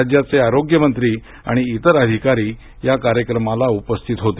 राज्याचे आरोग्य मंत्री आणि इतर अधिकारी या कार्यक्रमाला उपस्थित होते